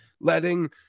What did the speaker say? letting